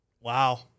Wow